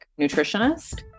nutritionist